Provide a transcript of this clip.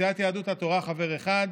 סיעת יהדות התורה, חבר אחד,